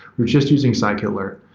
we're just using scikit-learn.